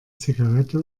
zigarette